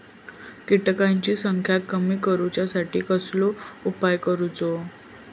किटकांची संख्या कमी करुच्यासाठी कसलो उपाय करूचो?